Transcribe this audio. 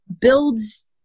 builds